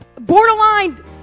borderline